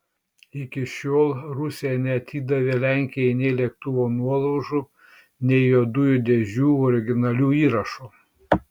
iki šiol rusija neatidavė lenkijai nei lėktuvo nuolaužų nei juodųjų dėžių originalių įrašų